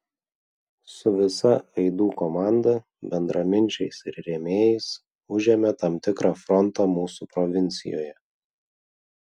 su visa aidų komanda bendraminčiais ir rėmėjais užėmė tam tikrą frontą mūsų provincijoje